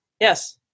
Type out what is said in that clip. yes